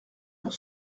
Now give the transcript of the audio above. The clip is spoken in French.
pour